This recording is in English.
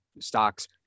stocks